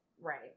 Right